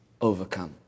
overcome